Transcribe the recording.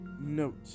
note